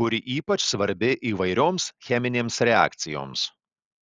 kuri ypač svarbi įvairioms cheminėms reakcijoms